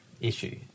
issue